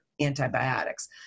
antibiotics